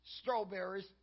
strawberries